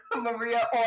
Maria